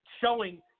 showing